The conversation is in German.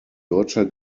deutscher